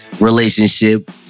relationship